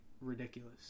ridiculous